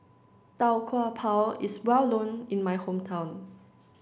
Tau Kwa Pau is well known in my hometown